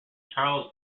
charles